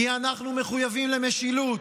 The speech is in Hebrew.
כי אנחנו מחויבים למשילות,